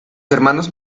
hermanos